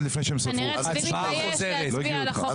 הצבעה חוזרת.